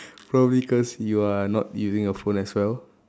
probably cause you are not using your phone as well